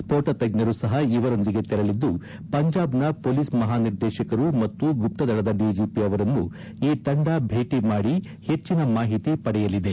ಸ್ಪೋಟ ತಜ್ಞರು ಸಹ ಇವರೊಂದಿಗೆ ತೆರಳಿದ್ದು ಪಂಜಾಬ್ನ ಪೊಲೀಸ್ ಮಹಾನಿರ್ದೇಶಕರು ಮತ್ತು ಗುಪ್ತದಳದ ಡಿಜೆಪಿ ಅವರನ್ನು ಈ ತಂಡ ಭೇಟ ಮಾಡಿ ಹೆಚ್ಚನ ಮಾಹಿತಿ ಪಡೆಯಲಿದೆ